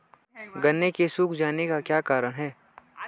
गन्ने के सूख जाने का क्या कारण है?